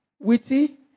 witty